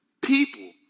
people